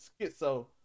schizo